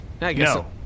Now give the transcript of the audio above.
No